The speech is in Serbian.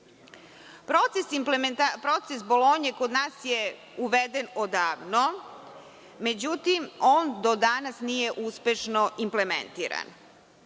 Bolonje kod nas je uveden odavno. Međutim, on do danas nije uspešno implementiran.